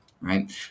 right